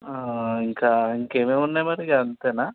ఇంకా ఇంకేవేవి ఉన్నాయి మరి అంతేనా